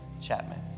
Chapman